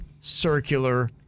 circular